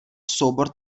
soubor